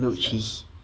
blue cheese